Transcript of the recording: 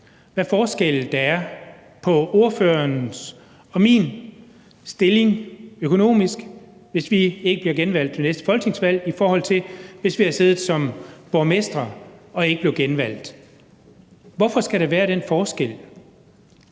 hvad forskelle der er på ordførerens og min stilling økonomisk, hvis vi ikke bliver genvalgt til næste folketingsvalg, i forhold til hvis vi havde siddet som borgmestre og ikke blev genvalgt. Hvorfor skal der være den forskel?